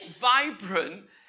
vibrant